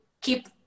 keep